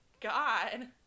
god